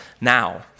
now